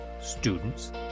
students